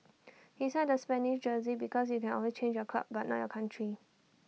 he signed the Spanish jersey because you can always change your club but not your country